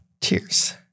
Cheers